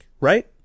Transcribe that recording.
right